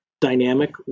dynamic